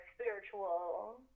spiritual